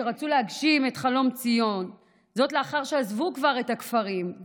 שרצו להגשים את חלום ציון לאחר שעזבו כבר את הכפרים,